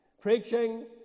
Preaching